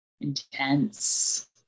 intense